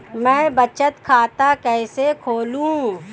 मैं बचत खाता कैसे खोलूं?